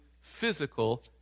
physical